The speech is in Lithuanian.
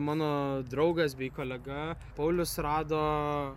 mano draugas bei kolega paulius rado